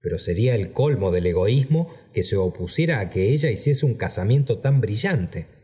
pero sería el colmo del egoísmo que se opusiera á que ella hiciese un casamiento tan brillante